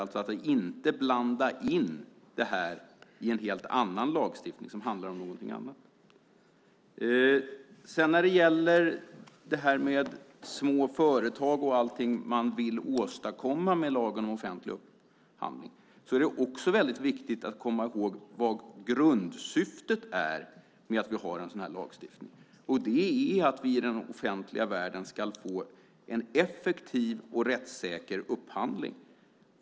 Man ska inte blanda in det här i en helt annan lagstiftning som handlar om någonting annat. När det gäller små företag och allting som man vill åstadkomma med lagen om offentlig upphandling är det viktigt att komma ihåg vad grundsyftet är med lagstiftningen. Det är att vi i den offentliga världen ska få en effektiv och rättssäker upphandling.